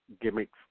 gimmicks